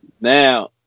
now